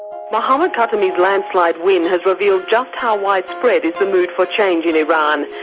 mohammad khatami's landslide win has revealed just how widespread is the mood for change in iran.